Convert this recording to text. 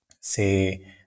say